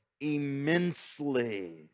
immensely